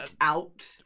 out